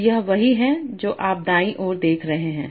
तो यह वही है जो आप दाईं ओर देख रहे हैं